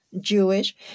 Jewish